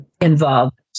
involved